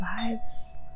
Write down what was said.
lives